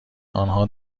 آنها